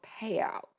payout